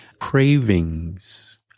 cravings